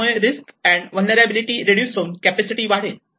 त्यामुळे risk and vulnerability reduce होऊन capacity वाढेल